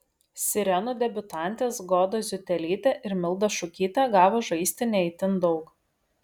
sirenų debiutantės goda ziutelytė ir milda šukytė gavo žaisti ne itin daug